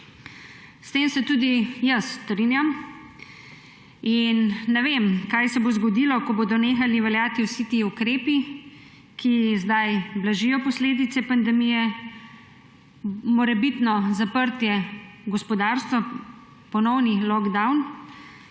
S tem se tudi jaz strinjam in ne vem, kaj se bo zgodilo, ko bodo nehali veljati vsi ti ukrepi, ki zdaj blažijo posledice pandemije, morebitno zaprtje gospodarstva, ponovni lockdown.